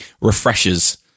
Refreshers